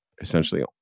essentially